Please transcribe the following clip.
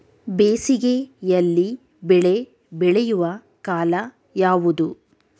ಬೇಸಿಗೆ ಯಲ್ಲಿ ಬೆಳೆ ಬೆಳೆಯುವ ಕಾಲ ಯಾವುದು?